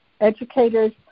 educators